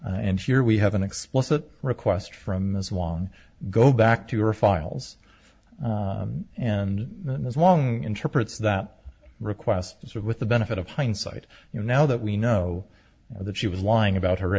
and here we have an explicit request from this one go back to your files and as long interprets that requests are with the benefit of hindsight you know now that we know that she was lying about her